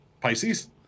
Pisces